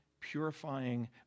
purifying